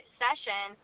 session